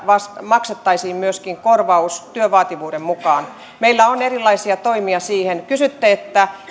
maksettaisiin myöskin korvaus työn vaativuuden mukaan meillä on erilaisia toimia siihen kysytte